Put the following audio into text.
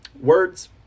Words